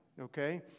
okay